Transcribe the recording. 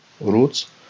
roots